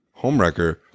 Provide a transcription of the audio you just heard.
Homewrecker